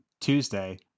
Tuesday